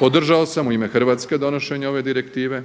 Podržao sam u ime Hrvatske donošenje ove direktive